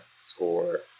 score